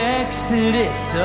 exodus